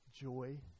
joy